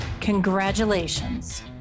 Congratulations